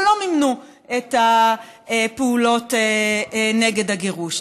אבל לא מימנו את הפעולות נגד הגירוש.